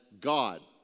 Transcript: God